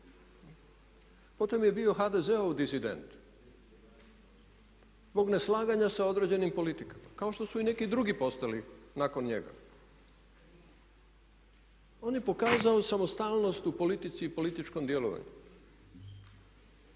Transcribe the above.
Potom je bio HDZ-ov disident zbog neslaganja sa određenim politikama kao što su i neki drugi postali nakon njega. On je pokazao samostalnost u politici i političkom djelovanju.